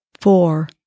four